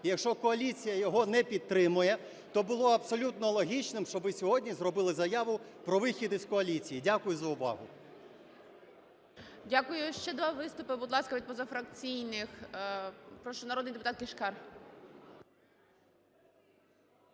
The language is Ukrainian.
якщо коаліція його не підтримує, то було абсолютно логічним, щоби сьогодні зробили заяву про вихід із коаліції. Дякую за увагу. ГОЛОВУЮЧИЙ. Дякую. Ще два виступи, будь ласка, від позафракційних. Прошу, народний депутат Кишкар.